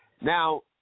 Now